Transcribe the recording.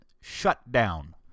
shutdown